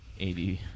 80